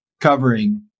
covering